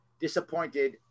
disappointed